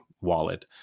wallet